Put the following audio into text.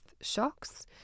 shocks